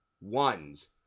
ones